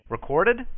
Recorded